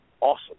awesome